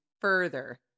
further